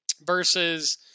versus